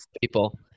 people